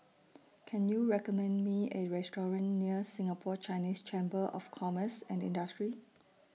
Can YOU recommend Me A Restaurant near Singapore Chinese Chamber of Commerce and Industry